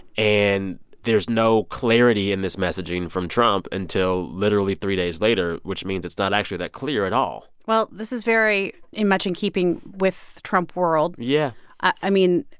and there's no clarity in this messaging from trump until literally three days later, which means it's not actually that clear at all well, this is very much in keeping with trump world yeah i mean,